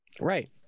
right